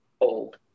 old